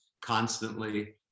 constantly